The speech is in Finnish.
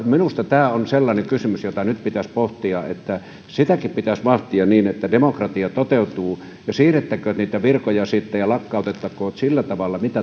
minusta tämä on sellainen kysymys jota nyt pitäisi pohtia ja sitäkin pitäisi vahtia niin että demokratia toteutuu siirrettäköön niitä virkoja sitten ja lakkautettakoon millä tavalla